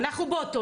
אנחנו באותו,